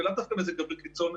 ולאו דווקא במזג אוויר קיצון,